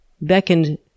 beckoned